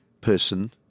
person